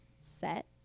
set